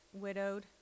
widowed